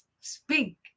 speak